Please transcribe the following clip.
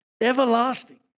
everlasting